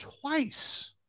twice